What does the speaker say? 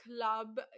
club